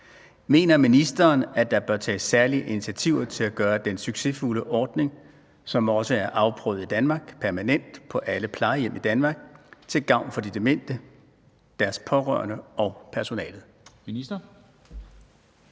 Mener ministeren, at der bør tages særlige initiativer til at gøre den succesfulde ordning, som også er afprøvet i Danmark, permanent på alle plejehjem i Danmark til gavn for de demente, deres pårørende og personalet?